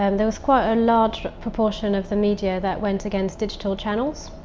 um there was quite a large proportion of the media that went against digital channels.